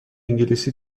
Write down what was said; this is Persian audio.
انگلیسی